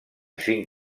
cinc